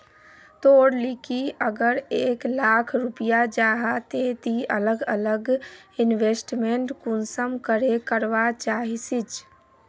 तोर लिकी अगर एक लाख रुपया जाहा ते ती अलग अलग इन्वेस्टमेंट कुंसम करे करवा चाहचिस?